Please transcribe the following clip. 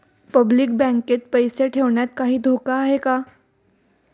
Public बँकेत पैसे ठेवण्यात काही धोका आहे का?